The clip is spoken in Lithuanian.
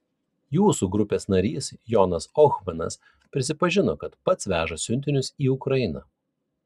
jūsų grupės narys jonas ohmanas prisipažino kad pats veža siuntinius į ukrainą